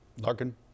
Larkin